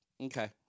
Okay